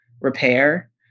repair